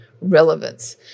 relevance